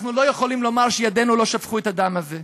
אנחנו לא יכולים לומר שידינו לא שפכו את הדם הזה.